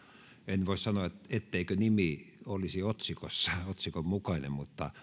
en voi sanoa etteikö nimi olisi otsikossa otsikonmukainen mutta